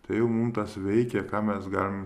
tai jau mum tas veikia ką mes galim